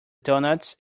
donuts